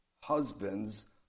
Husbands